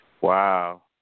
Wow